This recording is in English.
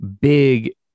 big